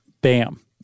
Bam